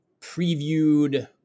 previewed